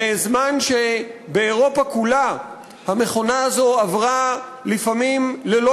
בזמן שבאירופה כולה המכונה הזאת עברה לפעמים ללא